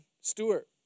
Stewart